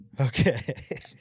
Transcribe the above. Okay